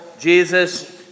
Jesus